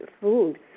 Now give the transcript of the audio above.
food